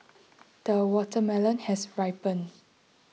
the watermelon has ripened